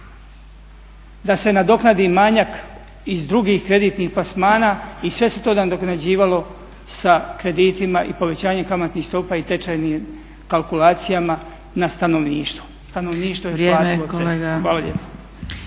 da se nadoknadi manjak iz drugih kreditnih plasmana i sve se to nadoknađivalo sa kreditima i povećanjem kamatnih stopa i tečajnim kalkulacijama na stanovništvo. Stanovništvo je platilo ceh.